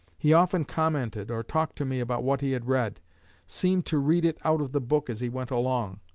he often commented or talked to me about what he had read seemed to read it out of the book as he went along.